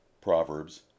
Proverbs